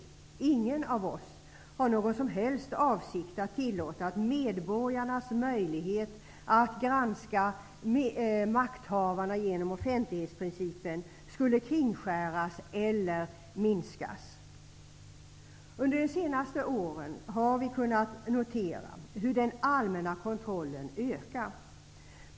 Ingen av oss har någon som helst avsikt att tillåta att medborgarnas möjlighet att granska makthavarna genom offentlighetsprincipen skulle kringskäras eller minskas. Under de senaste åren har vi kunnat notera hur den allmänna kontrollen ökar.